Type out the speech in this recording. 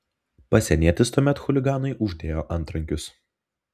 pasienietis tuomet chuliganui uždėjo antrankius